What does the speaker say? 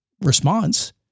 response